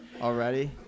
already